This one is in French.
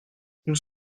nous